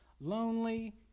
lonely